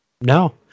No